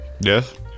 Yes